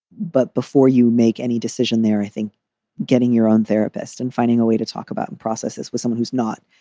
but before you make any decision there, i think getting your own therapist and finding a way to talk about and processes with someone who's not.